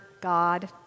God